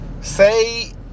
say